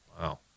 Wow